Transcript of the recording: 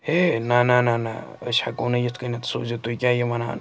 ہیے نَہ نَہ نَہ نَہ أسۍ ہٮ۪کو نہٕ یِتھ کٔنٮ۪تھ سوٗزِتھ تُہۍ کیٛاہ یہِ وَنان